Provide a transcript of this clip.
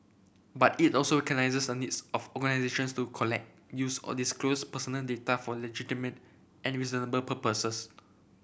but it also on this of organisations to collect use or disclose personal data for legitimate and reasonable purposes